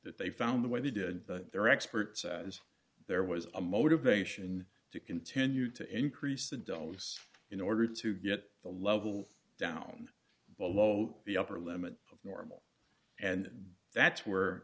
that they found the way they did their experts that is there was a motivation to continue to increase the dose in order to get the level down below the upper limit of normal and that's where